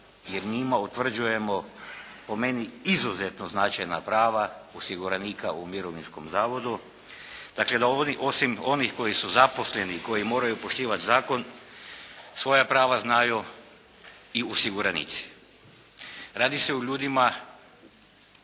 jer njima utvrđujemo, po meni izuzetno značajna prava osiguranika u mirovinskom zavodu. Dakle da osim onih koji su zaposleni i koji moraju poštivati zakon, svoja prava znaju i osiguranici. Radi se o ljudima